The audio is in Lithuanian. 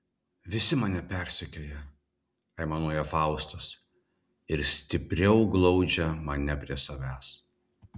visi mane persekioja aimanuoja faustas ir stipriau glaudžia mane prie savęs